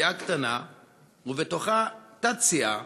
סיעה קטנה ובתוכה תת-סיעה